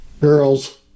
Girls